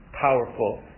powerful